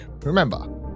remember